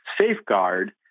safeguard